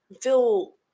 feel